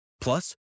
Plus